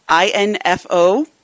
INFO